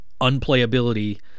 unplayability